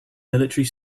military